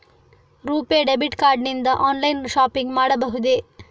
RuPay debit card ನಿಂದ online shopping ಮಾಡಬಹುದೇ?